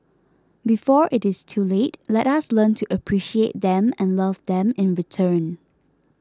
before it is too late let us learn to appreciate them and love them in return